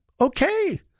okay